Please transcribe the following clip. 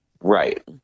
Right